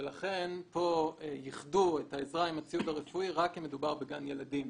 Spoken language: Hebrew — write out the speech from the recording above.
לכן כאן ייחדו את העזרה עם הציוד הרפואי רק אם מדובר בגן ילדים.